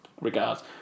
regards